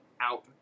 out